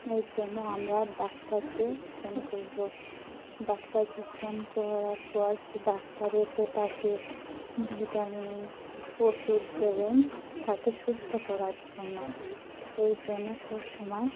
এই জন্য আমরা ডাক্তারকে ফোন করবো ডাক্তারকে ফোন করার পর সে ডাক্তার এসে তাকে ভিটামিন ওষুধ দেবেন তাকে সুস্থ করার জন্য এই জন্য সব সমময়